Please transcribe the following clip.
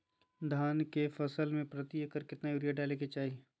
धान के फसल में प्रति एकड़ कितना यूरिया डाले के चाहि?